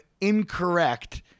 incorrect